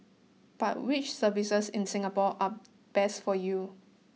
but which services in Singapore are best for you